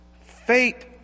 Faith